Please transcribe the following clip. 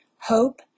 hope